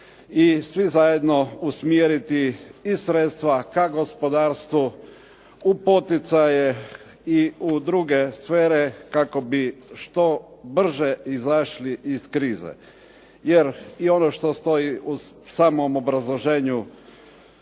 i svi zajedno usmjeriti i sredstva ka gospodarstvu u poticaje i u druge sfere kako bi što brže izašli iz krize. Jer, i ono što stoji u samom obrazloženju